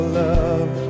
love